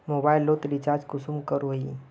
Mobile लोत recharge कुंसम करोही?